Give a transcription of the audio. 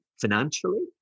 financially